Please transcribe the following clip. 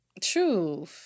True